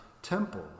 temple